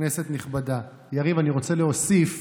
כנסת נכבדה, יריב, אני רוצה להוסיף